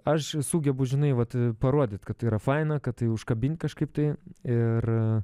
aš sugebu žinai vat parodyt kad yra faina kad tai užkabint kažkaip tai ir